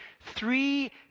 three